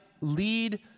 lead